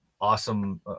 awesome